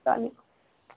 سلام علیکُم